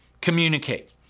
communicate